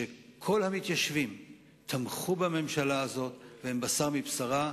וכל המתיישבים תמכו בממשלה הזו, והם בשר מבשרה,